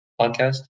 podcast